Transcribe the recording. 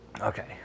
okay